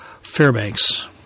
Fairbanks